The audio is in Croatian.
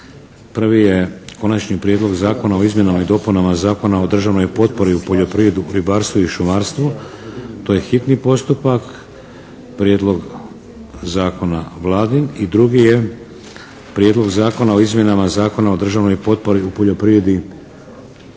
Prvi je - Konačni prijedlog zakona o izmjenama i dopunama Zakona o državnoj potpori u poljoprivredi, ribarstvu i šumarstvu, hitni postupak, prvo i drugo čitanje, P.Z. br. 600 I drugi je - Prijedlog zakona o izmjenama Zakona o državnoj potpori u poljoprivredi,